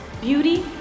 beauty